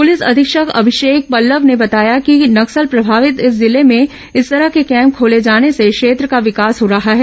प्रलिस अधीक्षक अभिषेक पल्लव ने बताया कि नक्सल प्रभावित इस जिले में इस तरह के कैम्प खोले जाने से क्षेत्र का विकास हो रहा है